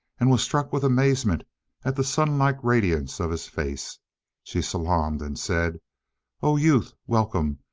and was struck with amazement at the sun-like radiance of his face she salaamed and said o youth! welcome!